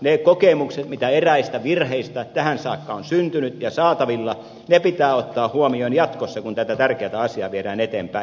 ne kokemukset mitä eräistä virheistä tähän saakka on syntynyt ja on saatavilla pitää ottaa huomioon jatkossa kun tätä tärkeätä asiaa viedään eteenpäin